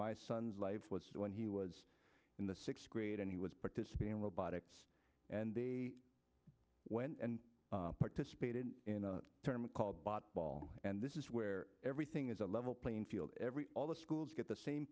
my son's life was when he was in the sixth grade and he was participating in robotics and they went and participated in a term called bought ball and this is where everything is a level playing field every all the schools get the same